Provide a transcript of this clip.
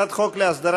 הכרזה לסגן מזכירת